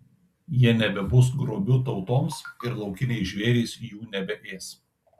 jie nebebus grobiu tautoms ir laukiniai žvėrys jų nebeės